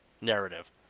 narrative